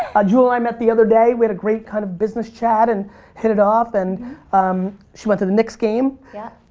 ah jewel and i met the other day. we had a great kind of business chat and hit it off. and um she went to the knicks game. yeah.